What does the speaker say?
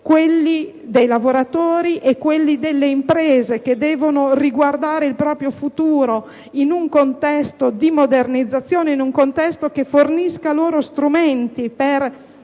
diritti dei lavoratori e quelli delle imprese, che devono guardare il proprio futuro in un contesto di modernizzazione, che fornisca loro strumenti per